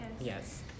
yes